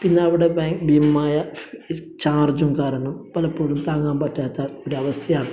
പിന്നെ അവിടെ ഭീമമായ ചാർജ്ജും കാരണം പലപ്പോഴും താങ്ങാൻ പറ്റാത്ത ഒരവസ്ഥയാണ്